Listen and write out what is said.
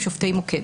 הם שופטי מוקד